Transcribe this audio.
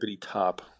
top